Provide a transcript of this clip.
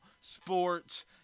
Sports